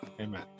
amen